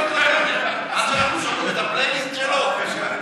פלייליסט שלו.